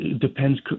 depends